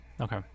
Okay